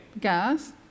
gas